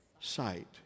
sight